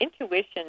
intuition